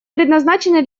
предназначены